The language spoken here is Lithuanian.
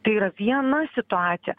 tai yra viena situacija